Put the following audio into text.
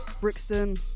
Brixton